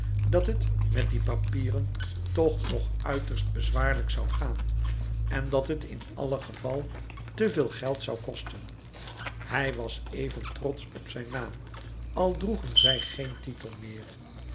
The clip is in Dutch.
dat het met die papieren toch nog uiterst bezwaarlijk zoû gaan en dat het in alle geval te veel geld zoû kosten hij was even trotsch op zijn naam al droegen zij geen titel meer